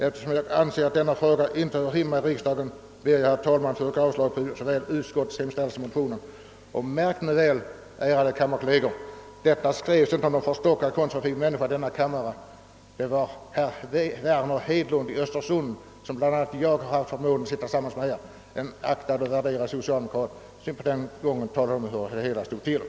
Eftersom jag anser, att denna fråga inte hör hemma i riksdagen, ber jag, att få yrka avslag på såväl utskottets hemställan som motionen.» Märk väl, ärade kammarkolleger, att detta yttrades inte av någon stockkonservativ ledamot av denna kammare, utan av herr Verner Hedlund i öÖstersund, som bland andra jag haft förmånen att sitta tillsammans med. Det var alltså en aktad och värderad socialdemokrat som den gången talade om hur det hela stod till.